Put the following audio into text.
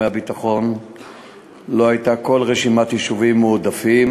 הביטחון לא הייתה כל רשימת יישובים מועדפים,